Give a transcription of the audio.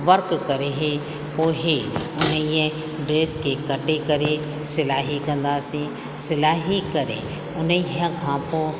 work करे इहे पोइ उन ड्रेस खे कटे करे सिलाई कंदासीं सिलाई करे उन खां पोइ